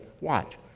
Watch